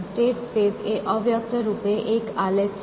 state space એ અવ્યક્ત રૂપે એક આલેખ છે